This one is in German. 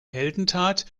heldentat